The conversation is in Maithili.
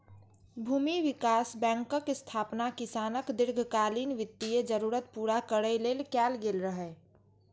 भूमि विकास बैंकक स्थापना किसानक दीर्घकालीन वित्तीय जरूरत पूरा करै लेल कैल गेल रहै